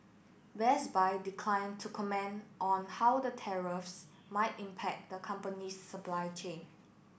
Best Buy decline to comment on how the tariffs might impact the company's supply chain